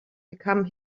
become